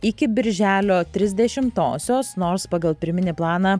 iki birželio trisdešimtosios nors pagal pirminį planą